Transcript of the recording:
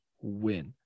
win